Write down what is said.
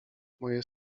moje